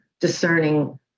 discerning